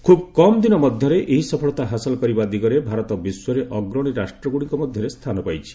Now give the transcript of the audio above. ଖ୍ରବ୍ କମ୍ ଦିନ ମଧ୍ୟରେ ଏହି ସଫଳତା ହାସଲ କରିବା ଦିଗରେ ଭାରତ ବିଶ୍ୱରେ ଅଗ୍ରଣୀ ରାଷ୍ଟ୍ରଗୁଡ଼ିକ ମଧ୍ୟରେ ସ୍ଥାନ ପାଇଛି